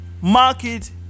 market